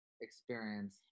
experience